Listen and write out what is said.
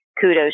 kudos